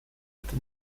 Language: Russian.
это